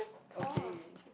okay